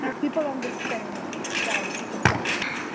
people understand that it's a platform,